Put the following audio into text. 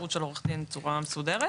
אפשרות של עורך דין בצורה מסודרת.